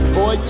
Boy